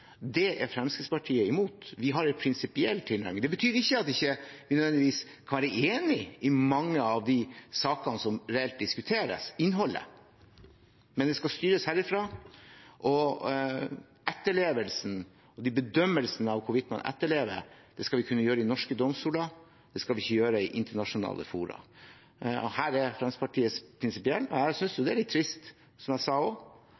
Det er Fremskrittspartiet imot. Vi har en prinsipiell tilnærming. Det betyr ikke nødvendigvis at vi ikke kan være enig i innholdet i mange av de sakene som reelt diskuteres. Men det skal styres herfra, og bedømmelsen av hvorvidt man etterlever, skal vi kunne gjøre i norske domstoler – det skal vi ikke gjøre i internasjonale fora. Her er Fremskrittspartiet prinsipielle. Som jeg også sa: Jeg synes det er litt trist at Senterpartiet, som gjerne oppfatter seg selv som – og